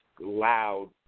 loud